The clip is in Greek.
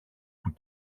που